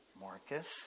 Marcus